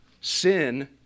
sin